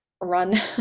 run